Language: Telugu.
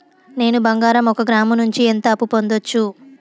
నేను బంగారం ఒక గ్రాము నుంచి ఎంత అప్పు పొందొచ్చు